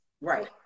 Right